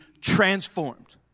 transformed